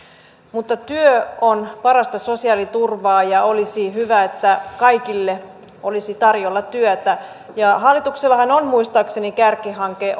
työ on parasta sosiaaliturvaa ja olisi hyvä että kaikille olisi tarjolla työtä hallituksellahan on muistaakseni kärkihanke